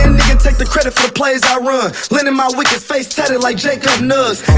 take the credit for the plays i run lendin' my wicked, face tatted like jacob nugs